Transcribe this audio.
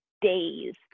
days